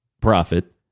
profit